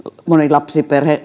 monilapsiperheet